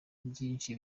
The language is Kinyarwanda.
byinshi